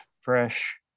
fresh